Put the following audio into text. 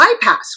bypass